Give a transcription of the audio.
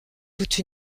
toute